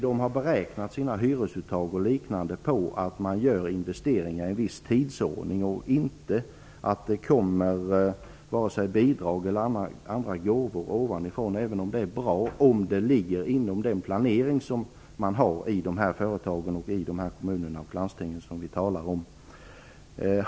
De har beräknat sina hyresuttag och liknande utifrån att investeringar görs i en viss tidsordning inte utifrån vare sig bidrag eller andra gåvor ovanifrån - även om sådana är bra, om de ligger inom den planering som de företag liksom de kommuner och landsting har som vi här talar om.